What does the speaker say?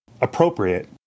appropriate